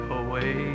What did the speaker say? away